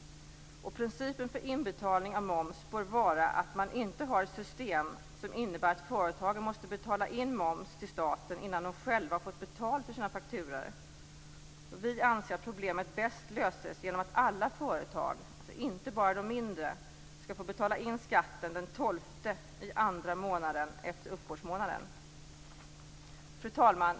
Principen för inbetalning av moms bör vara att man inte har ett system som innebär att företagen måste betala in moms till staten innan de själva fått betalt för sina fakturor. Vi anser att problemet bäst löses genom att alla företag, inte bara de mindre, skall få betala in skatten den 12:e i andra månaden efter uppbördsmånaden. Fru talman!